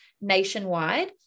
nationwide